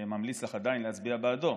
ממליץ לך עדיין להצביע בעדו.